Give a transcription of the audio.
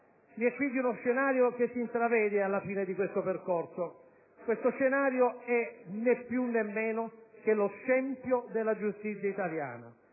Vi è quindi uno scenario che si intravede alla fine di questo percorso. Questo scenario è né più né meno che lo scempio della giustizia italiana.